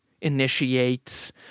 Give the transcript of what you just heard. initiates